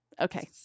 Okay